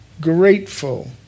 grateful